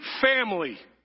family